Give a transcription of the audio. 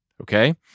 Okay